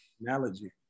analogy